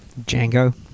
Django